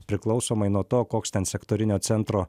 priklausomai nuo to koks ten sektorinio centro